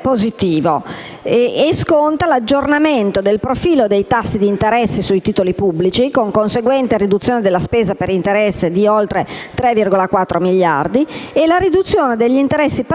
positivo e sconta l'aggiornamento del profilo dei tassi d'interesse sui titoli pubblici, con conseguente riduzione della spesa per interessi di oltre 3,4 miliardi e riduzione degli interessi passivi